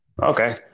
Okay